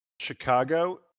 Chicago